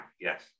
yes